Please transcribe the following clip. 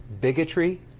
bigotry